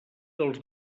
dels